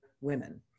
women